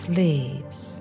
leaves